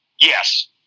Yes